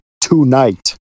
tonight